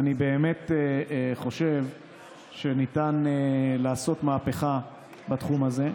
באמת חושב שניתן לעשות מהפכה בתחום הזה.